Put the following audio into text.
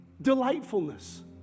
Delightfulness